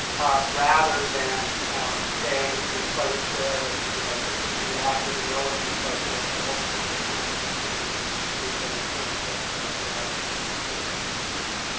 rather than staying in a place where you know you can be active and militant so forth, but ultimately, it's not gonna change anything in terms of of the electoral map. what do you guys think about that?